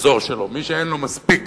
האזור שלו, מי שאין לו מספיק